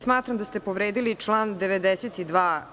Smatram da ste povredili član 92.